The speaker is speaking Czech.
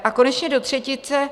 A konečně do třetice.